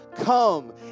Come